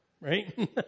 Right